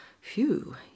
Phew